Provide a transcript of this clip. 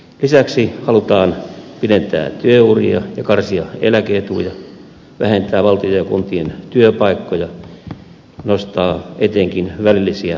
lisäksi halutaan pidentää työuria ja karsia eläke etuja vähentää valtion ja kuntien työpaikkoja nostaa etenkin välillisiä veroja